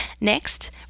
Next